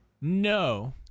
no